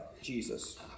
Jesus